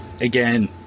again